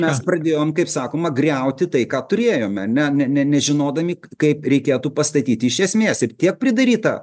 mes pradėjom kaip sakoma griauti tai ką turėjome ne ne ne nežinodami kaip reikėtų pastatyti iš esmės ir tiek pridaryta